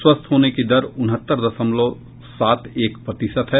स्वस्थ होने की दर उनहत्तर दशमलव सात एक प्रतिशत है